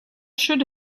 should